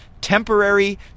temporary